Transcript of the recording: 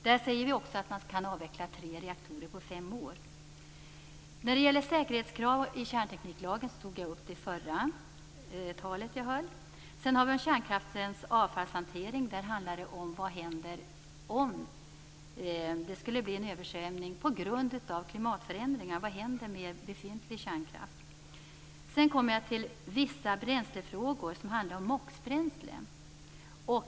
Vi säger också att man kan avveckla tre reaktorer på fem år. Säkerhetskrav i kärntekniklagen tog jag upp i det förra anförandet jag höll. När det gäller reservationen om kärnkraftens avfallshantering handlar det om vad som händer om det skulle bli en översvämning på grund av klimatförändringar. Vad händer med befintlig kärnkraft? Sedan kommer jag till reservationen om vissa bränslefrågor, som handlar om MOX-bränslen.